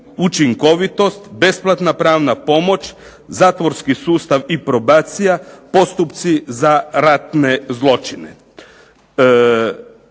učinkovitost, besplatna pravna pomoć, zatvorski sustav i probacija, postupci za ratne zločine.